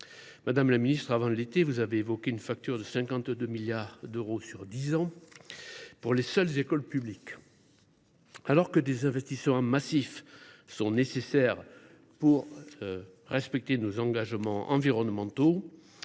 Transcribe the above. Madame la ministre, avant l’été, vous évoquiez une facture de 52 milliards d’euros, sur dix ans, pour les seules écoles publiques. Alors que des investissements massifs sont nécessaires pour respecter nos engagements environnementaux,